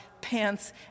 pants